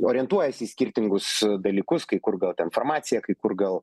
orientuojasi skirtingus dalykus kai kur gal ten farmacija kai kur gal